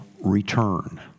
return